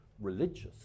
religious